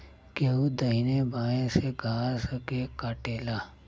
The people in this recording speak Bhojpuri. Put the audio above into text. केहू दहिने बाए से घास के काटेला